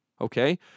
Okay